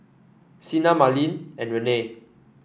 Sena Merlene and Renee